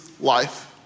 life